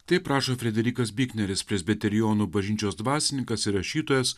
taip rašo frederikas bikneris presbiterionų bažnyčios dvasininkas ir rašytojas